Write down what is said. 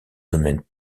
domaine